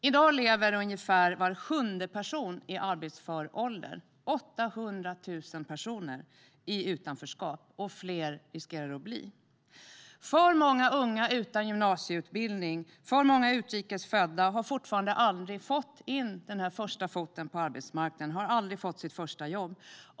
I dag lever ungefär var sjunde person i arbetsför ålder - 800 000 personer - i utanförskap, och fler riskerar det att bli. Alltför många utan gymnasieutbildning och alltför många utrikes födda har fortfarande aldrig fått in den första foten på arbetsmarknaden, har aldrig fått sitt första jobb.